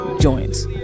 joints